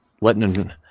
letting